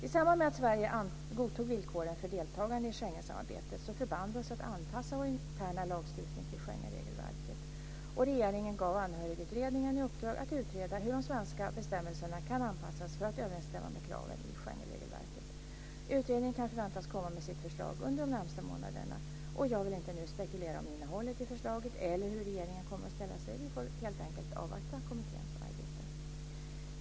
I samband med att Sverige godtog villkoren för deltagande i Schengensamarbetet förband vi oss att anpassa vår interna lagstiftning till Schengenregelverket. Regeringen gav Anhörigutredningen i uppdrag att utreda hur de svenska bestämmelserna kan anpassas för att överensstämma med kraven i Schengenregelverket. Utredningen kan förväntas komma med sitt förslag under de närmaste månaderna. Jag vill inte nu spekulera om innehållet i förslaget eller hur regeringen kommer att ställa sig. Vi får helt enkelt avvakta kommitténs arbete.